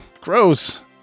gross